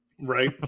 right